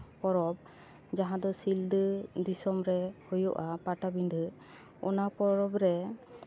ᱯᱚᱨᱚᱵᱽ ᱡᱟᱦᱟᱸ ᱫᱚ ᱥᱤᱞᱫᱟᱹ ᱫᱤᱥᱳᱢ ᱨᱮ ᱦᱩᱭᱩᱜᱼᱟ ᱯᱟᱴᱟᱵᱤᱸᱫᱷᱟᱹ ᱚᱱᱟ ᱯᱚᱨᱚᱵᱽ ᱨᱮ